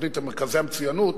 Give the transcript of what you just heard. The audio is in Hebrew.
תוכנית מרכזי המצוינות,